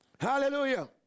Hallelujah